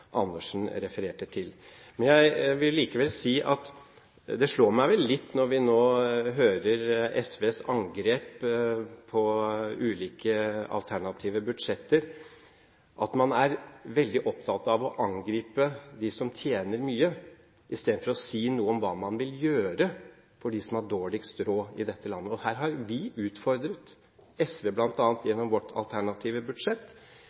Andersen refererte til. Jeg vil likevel si at det slår meg vel litt når vi nå hører SVs angrep på ulike alternative budsjetter, at man er veldig opptatt av å angripe dem som tjener mye, istedenfor å si noe om hva man vil gjøre for dem som har dårligst råd i dette landet. Her har vi utfordret SV bl.a. gjennom vårt alternative budsjett.